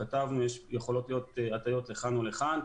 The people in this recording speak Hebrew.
יכולות להיות הטיות לכאן או לכאן,